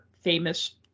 famous